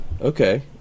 Okay